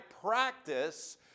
practice